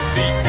See